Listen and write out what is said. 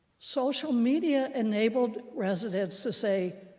social media enabled residents to say,